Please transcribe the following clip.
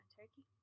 turkey